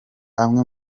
amwe